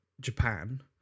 Japan